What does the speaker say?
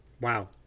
Wow